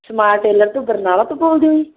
small tailor ਤੋਂ ਬਰਨਾਲਾ ਤੋਂ ਬੋਲਦੇ ਹੋ ਜੀ